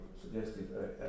suggested